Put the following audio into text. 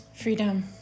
Freedom